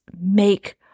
make